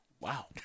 Wow